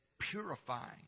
purifying